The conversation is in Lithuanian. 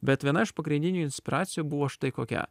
bet viena iš pagrindinių inspiracijų buvo štai kokia